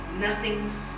nothings